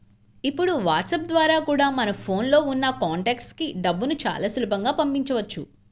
ఇప్పుడు వాట్సాప్ ద్వారా కూడా మన ఫోన్ లో ఉన్న కాంటాక్ట్స్ కి డబ్బుని చాలా సులభంగా పంపించవచ్చు